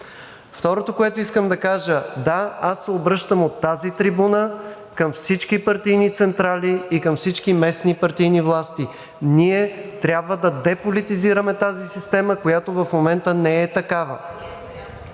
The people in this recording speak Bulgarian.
Второто, което искам да кажа: да, аз се обръщам от тази трибуна към всички партийни централи и към всички местни партийни власти. Ние трябва да деполитизираме тази система, която в момента не е такава.